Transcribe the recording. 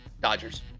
Dodgers